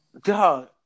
God